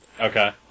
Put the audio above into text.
Okay